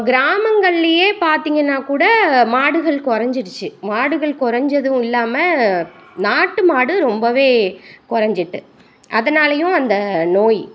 கிராமங்கள்லேயே பார்த்தீங்கன்னா கூட மாடுகள் குறைஞ்சிடுச்சி மாடுகள் குறைஞ்சதும் இல்லாமல் நாட்டு மாடு ரொம்பவே குறைஞ்சிட்டு அதனாலேயும் அந்த நோய்